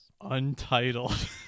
Untitled